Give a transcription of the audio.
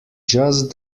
just